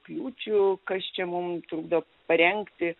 kliūčių kas čia mum trukdo parengti